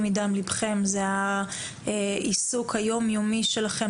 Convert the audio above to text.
ליבכם, זה העיסוק היום יומי שלכם.